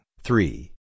three